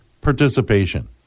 Participation